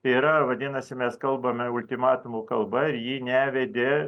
tai yra vadinasi mes kalbame ultimatumų kalba ji nevedė